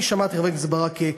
אני שמעתי, חבר הכנסת ברכה,